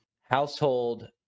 household